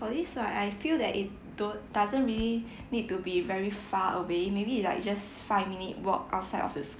for this right I feel that it don't doesn't really need to be very far away maybe it like just five minute walk outside of the